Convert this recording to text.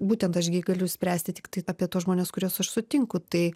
būtent aš gi galiu spręsti tiktai apie tuos žmones kuriuos aš sutinku tai